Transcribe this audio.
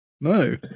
No